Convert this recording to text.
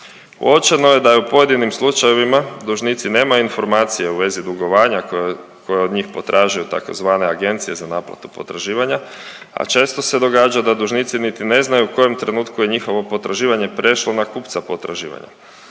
Uočeno je da u pojedinim slučajevima dužnici nemaju informacije u vezi dugovanja koja od njih potražuje tzv. agencije za naplatu potraživanja, a često se događa da dužnici niti ne znaju u kojem trenutku je njihovo potraživanje prešlo na kupca potraživanja.